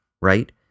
right